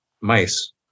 mice